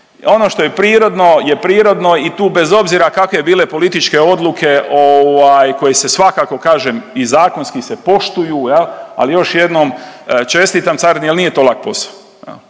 Ono što je prirodno je prirodno i tu bez obzira kakve bile političke odluke koje se svakako kažem i zakonski se poštuju, al još jednom čestitam carini jel nije to lak posao.